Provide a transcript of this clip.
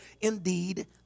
indeed